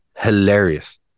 hilarious